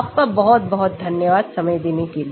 आपका बहुत बहुत धन्यवाद समय देने के लिए